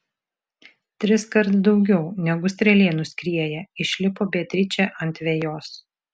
triskart daugiau negu strėlė nuskrieja išlipo beatričė ant vejos